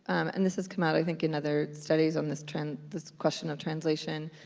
and this has come out i think in other studies on this trend, this question of translation,